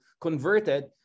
converted